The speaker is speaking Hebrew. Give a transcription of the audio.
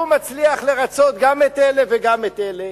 הוא מצליח לרצות גם את אלה וגם את אלה,